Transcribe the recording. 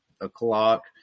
o'clock